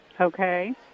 Okay